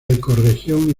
ecorregión